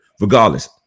regardless